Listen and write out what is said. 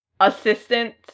assistant